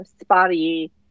spotty